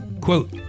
Quote